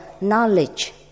knowledge